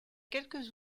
quelques